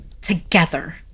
together